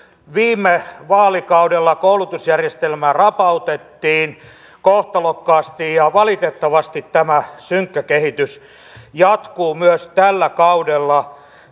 viime vaalikaudella koulutusjärjestelmä rapautettiin kohtalokkaasti ja valitettavasti tämä synkkä kehitys jatkuu myös tällä kaudella